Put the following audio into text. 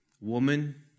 Woman